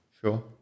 Sure